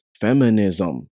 Feminism